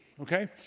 okay